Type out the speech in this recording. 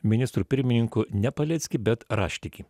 ministru pirmininku ne paleckį bet raštikį